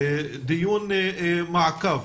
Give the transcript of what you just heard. דיון מעקב